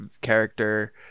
character